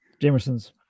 Jamersons